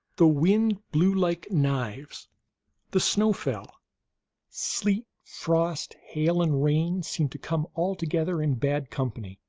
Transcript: the wind blew like knives the snow fell sleet, frost, hail, and rain seemed to come all together in bad company,